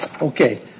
Okay